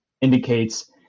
indicates